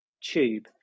tube